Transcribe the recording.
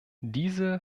diese